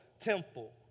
temple